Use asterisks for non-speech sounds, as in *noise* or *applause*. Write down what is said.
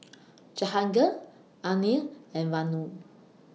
*noise* Jahangir Anil and Vanu